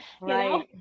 Right